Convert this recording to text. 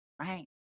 right